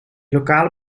lokale